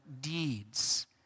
deeds